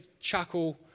chuckle